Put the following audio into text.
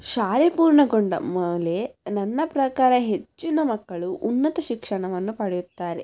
ಶಾಲೆ ಪೂರ್ಣಗೊಂಡ ಮೇಲೆ ನನ್ನ ಪ್ರಕಾರ ಹೆಚ್ಚಿನ ಮಕ್ಕಳು ಉನ್ನತ ಶಿಕ್ಷಣವನ್ನು ಪಡೆಯುತ್ತಾರೆ